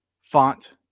font